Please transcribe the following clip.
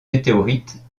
météorites